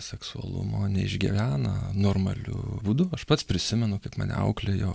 seksualumo neišgyvena normaliu būdu aš pats prisimenu kaip mane auklėjo